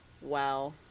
Wow